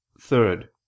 Third